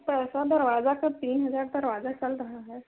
पैसा दरवाज़े के तीन हज़ार दरवाज़ा चल रहा है